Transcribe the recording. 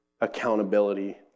accountability